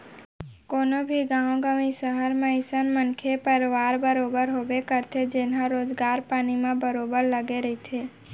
कोनो भी गाँव गंवई, सहर म अइसन मनखे परवार बरोबर होबे करथे जेनहा रोजगार पानी म बरोबर लगे रहिथे